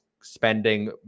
spending